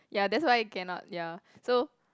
ya that's why I cannot ya so